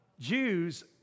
Jews